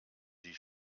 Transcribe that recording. die